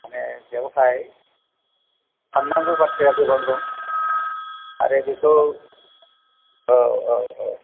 माने बेवहाय साननांगौ बाथ्राया गोबां दं आरो बेखौ औ औ औ